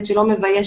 רואי חשבון,